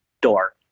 door